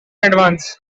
advance